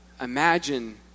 imagine